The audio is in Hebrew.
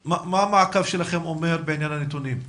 מה המעקב שלכם אומר בעניין הנתונים?